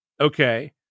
Okay